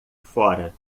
fora